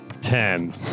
Ten